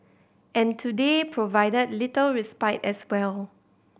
and today provided little respite as well